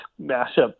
mashup